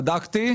בדקתי,